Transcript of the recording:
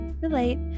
relate